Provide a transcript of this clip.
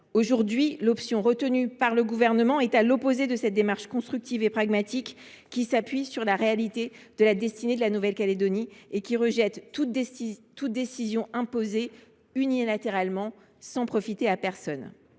Aujourd’hui, l’option retenue par le Gouvernement est à l’opposé de cette démarche constructive et pragmatique, qui s’appuie sur la réalité de la destinée de la Nouvelle Calédonie et qui rejette toute décision imposée unilatéralement sans profiter à personne.